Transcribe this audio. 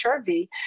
HRV